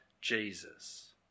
Jesus